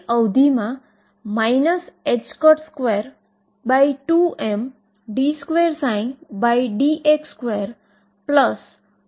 તેથીψ xtને ફરીથી ψ e iEt તરીકે પણ લખી શકાશે અને આપણે આ ψ ના ભાગ માટે સમીકરણ શોધી રહ્યા છીએ